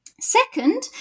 Second